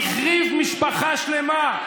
החריב משפחה שלמה.